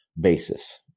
basis